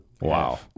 Wow